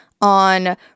on